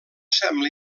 sembla